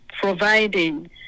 providing